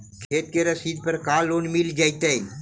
खेत के रसिद पर का लोन मिल जइतै?